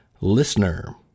listener